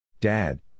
Dad